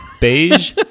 Beige